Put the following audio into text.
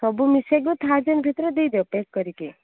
ସବୁ ମିଶେଇକି ଥାରଜେଣ୍ଟ୍ ଭିତରେ ଦେଇଦିଅ ପ୍ୟାକ୍ କରିକି